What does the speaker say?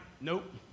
nope